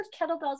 kettlebells